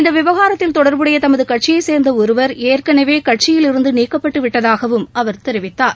இந்த விவகாரத்தில் தொடர்புடைய தமது கட்சியைச் சேர்ந்த ஒருவர் ஏற்கனவே கட்சியிலிருந்து நீக்கப்பட்டு விட்டதாகவும் அவர் தெரிவித்தார்